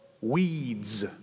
weeds